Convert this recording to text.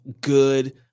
good